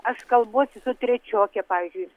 aš kalbuosi su trečioke pavyzdžiui